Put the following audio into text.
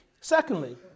Secondly